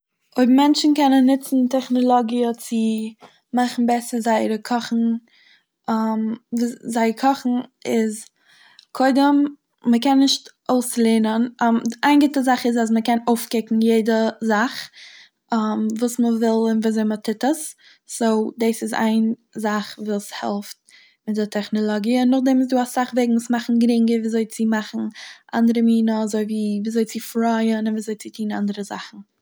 אויב מענטשן קענען נוצן טעכנעלאגיע צו מאכן בעסער זייערע קאכן זייער קאכן איז קודם מ'קען נישט אויסלערנען איין גוטע זאך איז אז מ'קען אויפקוקן יעדע זאך וואס מ'וויל און ווי אזוי מ'טוט עס, סאו דאס איז איין זאך וואס העלפט אין די טעכנעלאגיע און נאכדעם איז דא אסאך וועגן וואס מאכן גרינגער ווי אזוי צו מאכן אנדערע מינע אזוי ווי ווי אזוי צו פרייען און ווי אזוי צו טוהן אנדערע זאכן.